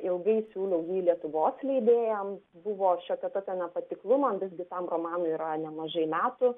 ilgai siūliau jį lietuvos leidėjam buvo šiokio tokio nepatiklumo visgi tam romanui yra nemažai metų